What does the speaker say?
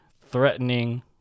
threatening